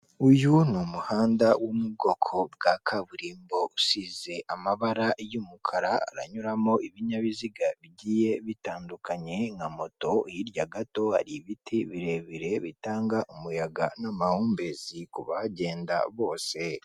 uyu umuhanda wo mu bwoko bwa kaburimbo usize amabara y'umukara aranyuramo ibinyabiziga bigiye bitandukanye nka moto, hirya gato hari ibiti birebire bitanga umuyaga n'amahumbezi ku bagenda bose.